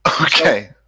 Okay